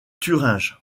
thuringe